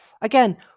again